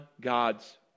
God's